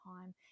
time